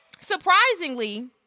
surprisingly